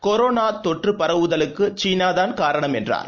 கொரோனாதொற்று பரவுதலுக்குசீனாதான் காரணம் என்றார்